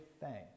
thanks